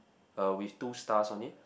uh with two stars on it